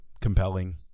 compelling